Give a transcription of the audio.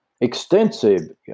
extensive